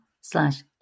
slash